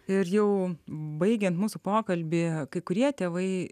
ir jau baigiant mūsų pokalbį kai kurie tėvai